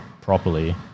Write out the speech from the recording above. properly